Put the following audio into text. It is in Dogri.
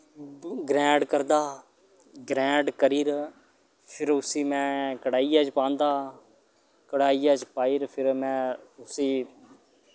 ग्रैंड करदा ग्रैंड करी'र फेर उसी में कढ़ाइयै च पांदा कढ़ाइयै च पाई'र फिर में उसी